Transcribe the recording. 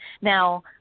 Now